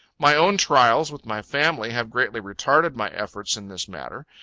my own trials, with my family, have greatly retarded my efforts in this matter.